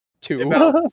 two